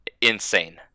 insane